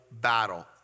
battle